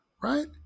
right